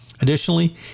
Additionally